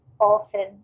often